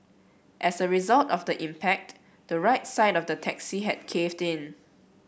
as a result of the impact the right side of the taxi had caved in